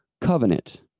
covenant